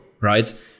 right